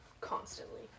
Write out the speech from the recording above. constantly